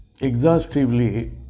exhaustively